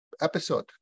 episode